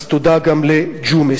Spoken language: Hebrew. אז תודה גם לג'ומס.